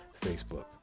Facebook